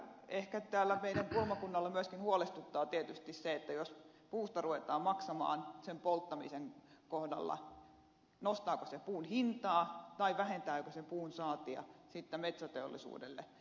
ehkä täällä meidän kulmakunnalla myöskin huolestuttaa tietysti se että jos puusta ruvetaan maksamaan sen polttamisen kohdalla nostaako se puun hintaa tai vähentääkö se puun saantia metsäteollisuudelle